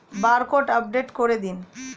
Barcode update করে দিন?